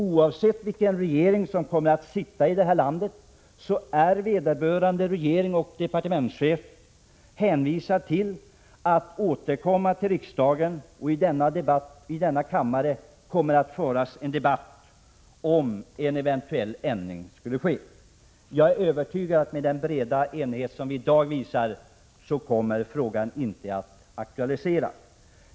Oavsett vilken regering som kommer att sitta i landet, så är vederbörande regering och departementschef hänvisade till att återkomma till riksdagen. Och i denna kammare kommer att föras en debatt, om en eventuellt ändring skulle föreslås. Jag är övertygad om att med den breda enighet som vi i dag visar så kommer frågan inte att aktualiseras.